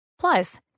Plus